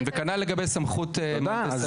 וכנ"ל לגבי סמכות --- אתה בעד.